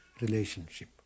relationship